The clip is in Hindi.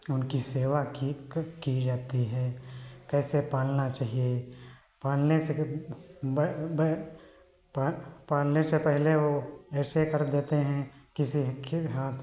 उनकी सेवा की क की जाती है कैसे पालना चाहिए पालने से ब ब पा पालने से पहले वो ऐसे कर देते हैं किसी के हाथ